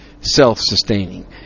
self-sustaining